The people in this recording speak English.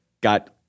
got